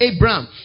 Abraham